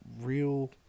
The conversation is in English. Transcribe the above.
real